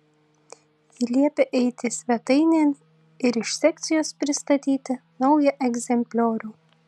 ji liepia eiti svetainėn ir iš sekcijos pristatyti naują egzempliorių